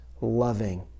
loving